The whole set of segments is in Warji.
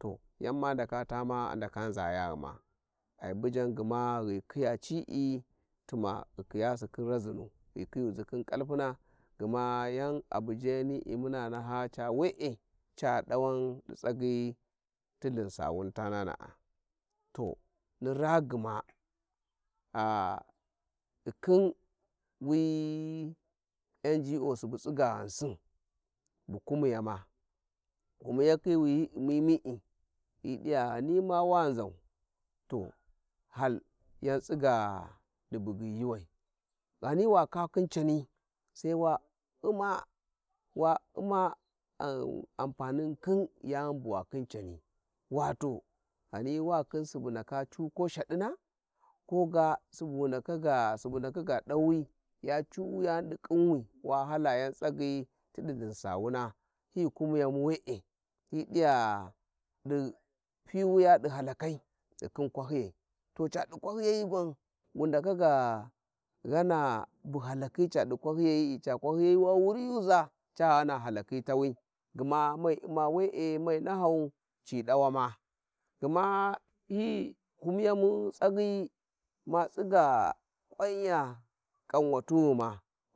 ﻿To yan ma ndaka taa ma andaka nzayaghu ma ai bujan gma ghi khiya ci`i tuma ghi khiyalthu khin razinu ghi ghiyuzi khin kalpuna gma yan a bujayani'i, muna naha ca we`e ca dauwan di tsagyi ti thin sawun tananás. To ni raa gma ghi khin wi NGO subu tsiga ghansin bu kumiyama kumiyakhai wi hi u`mimi'i hi diya ghani ma wanzau to hal yan tsiga di bugyi yuuwai ghani wa kwa khin cani sai wa u`ma wa u`ma amfanin khin yani bu wa khin cani wato ghani wa khin subu ndaka cu ko shadina koga subu wu ndaka ga subu ndaka ga dauwi ya cu wuyani di khinwi wa hala yan tsagyi tidi, lhinsawuna hi kumiyami we`e hi diya di fiwiya di halakai ghi khin kwahyiyai to cadi kwahyiyayi gwan wu ndaka ga ghana bu halakhi cadi kwahyiyai, ca kwahyiya wa wuriyuza ca ghana halakhi rawi gma ma u`ma we'e mai nahau ci dawama, gma hi kumiyami tsagyi ma tsiga kwanya kan wahu ghuma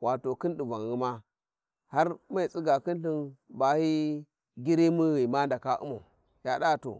wato khin divanghuma har mai tsiga Khin thin ba hi girimu ghi ma ndaka u'mau yada to.